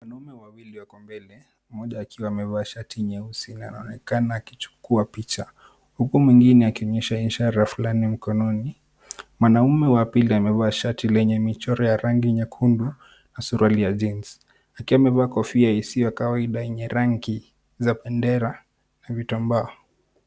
Wanaume wawili wako mbele, mmoja akiwa amevaa shati nyeusi na anaokana akichukua picha huku mwingine akionyesha ishara fulani mkononi. Mwanaume wa pili amevaa shati lenye michoro ya rangi nyekundu na suruali ya jeans , akiwa amebeba kofia isiyo ya kawaida yenye rangi za bendera na vitambaa.